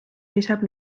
lisab